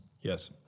Yes